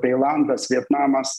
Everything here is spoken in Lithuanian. tailandas vietnamas